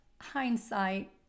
hindsight